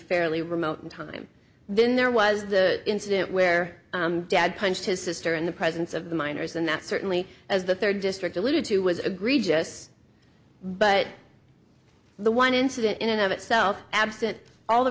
fairly remote in time then there was the incident where dad punched his sister in the presence of the minors and that certainly was the third district alluded to was agreed but the one incident in and of itself absent all the